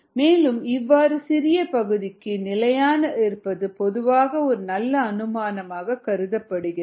மேலும் இவ்வாறு சிறிய பகுதிக்கு நிலையாக இருப்பது பொதுவாக ஒரு நல்ல அனுமானமாக கருதப்படுகிறது